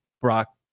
Brock